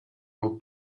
will